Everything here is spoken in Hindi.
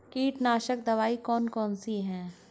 कीटनाशक दवाई कौन कौन सी हैं?